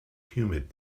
humid